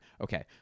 Okay